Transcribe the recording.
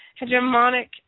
hegemonic